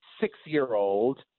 six-year-old